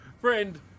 friend